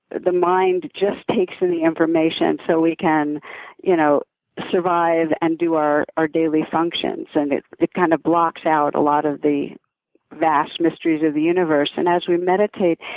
the mind just takes in the information so we can you know survive and do our our daily functions. and it it kind of blocks out a lot of the vast mysteries of the universe. and, as we meditate,